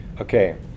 Okay